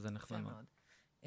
יפה מאד.